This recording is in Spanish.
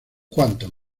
cuanto